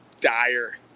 dire